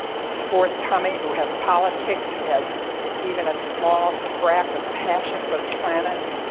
who's forthcoming, who has politics, who has even a small scrap of passion for the planet,